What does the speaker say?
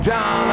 John